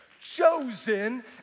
chosen